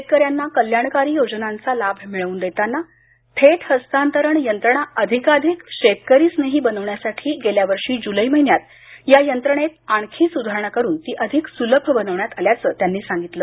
शेतकऱ्यांना कल्याणकारी योजनांचा लाभ मिळवून देताना थेट हस्तांतर यंत्रणा अधिकाधिक शेतकरीस्नेही बनवण्यासाठी गेल्या वर्षी जुलै महिन्यात या यंत्रणेत आणखी सुधारणा करून ती अधिक सुलभ बनवण्यात आल्याचं त्यांनी सागितलं